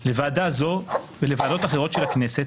לוועדה זו ולוועדות אחרות של הכנסת,